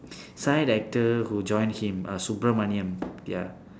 side actor who join him uh subramoneyam ya